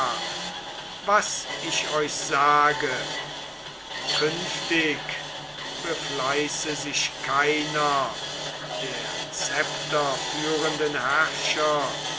was ich euch sage künftig befleiße sich keiner der zepterführenden herrscher